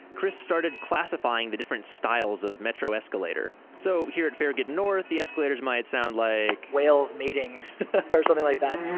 chris started classifying the different styles of metro escalator. so here at farragut north, the escalators might sound like, whales mating or something like that